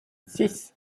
six